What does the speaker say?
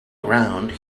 around